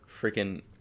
freaking